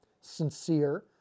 Sincere